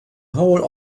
whole